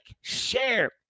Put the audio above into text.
share